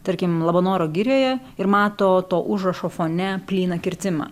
tarkim labanoro girioje ir mato to užrašo fone plyną kirtimą